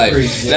life